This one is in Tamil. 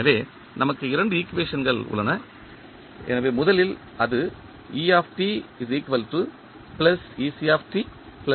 எனவே நமக்கு இரண்டு ஈக்குவேஷன்கள் உள்ளன எனவே முதலில் அது